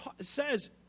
says